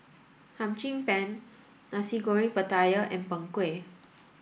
Hum Chim Peng Nasi Goreng Pattaya and Png Kueh